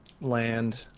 land